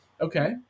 Okay